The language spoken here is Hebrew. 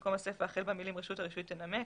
במקום הסיפה החל במילים "רשות הרישוי תנמק"